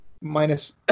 minus